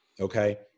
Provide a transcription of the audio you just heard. Okay